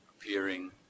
appearing